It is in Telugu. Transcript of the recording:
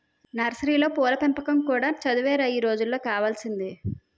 నర్సరీలో పూల పెంపకం కూడా చదువేరా ఈ రోజుల్లో కావాల్సింది